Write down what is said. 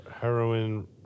heroin